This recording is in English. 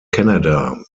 canada